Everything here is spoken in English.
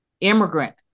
immigrant